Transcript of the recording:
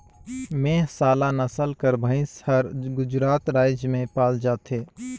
मेहसाला नसल कर भंइस हर गुजरात राएज में पाल जाथे